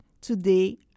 today